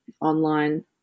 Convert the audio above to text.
online